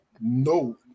No